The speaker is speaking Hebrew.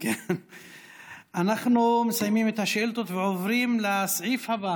אנחנו מסיימים את השאילתות ועוברים לסעיף הבא